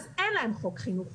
אז אין להם חוק חינוך חובה.